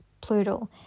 plural